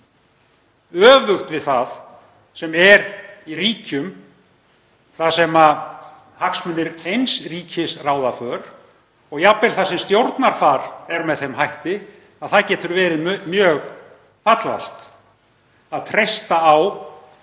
öfugt við það sem er í ríkjum þar sem hagsmunir eins ríkis ráða för og jafnvel þar sem stjórnarfar er með þeim hætti að það getur verið mjög fallvalt að treysta á